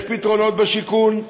יש פתרונות בשיכון,